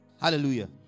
Hallelujah